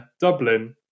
Dublin